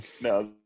No